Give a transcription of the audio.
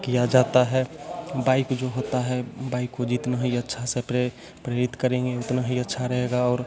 किया जाता है बाइक जो होता है बाइक को जितना ही अच्छा सा प्रेरित करेंगे उतना ही अच्छा रहेगा और